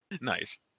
Nice